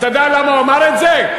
אתה יודע למה הוא אמר את זה?